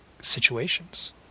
situations